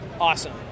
awesome